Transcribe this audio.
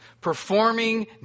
performing